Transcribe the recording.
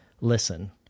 Listen